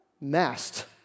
messed